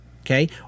Okay